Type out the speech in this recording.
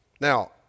Now